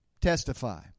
testify